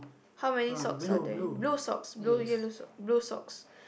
how many socks are there blue socks blue yellow socks blue socks